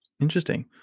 Interesting